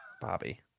Bobby